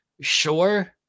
Sure